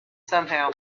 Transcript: somehow